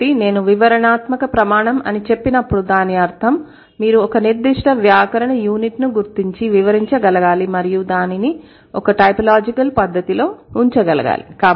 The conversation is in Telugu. కాబట్టి నేను వివరణాత్మక ప్రమాణం అని చెప్పినప్పుడు దాని అర్థం మీరు ఒక నిర్దిష్ట వ్యాకరణ యూనిట్ను గుర్తించి వివరించగలగాలి మరియు దానిని ఒక టైపోలాజికల్ పద్ధతిలో ఉంచగలగాలి